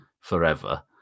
forever